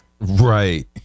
Right